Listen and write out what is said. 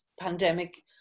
pandemic